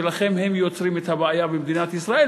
ולכן הם יוצרים את הבעיה במדינת ישראל,